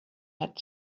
had